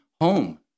home